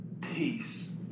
peace